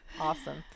awesome